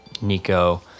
Nico